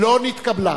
לא נתקבלה.